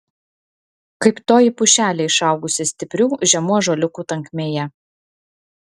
kaip toji pušelė išaugusi stiprių žemų ąžuoliukų tankmėje